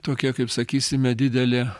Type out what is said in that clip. tokia kaip sakysime didelė